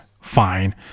fine